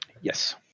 Yes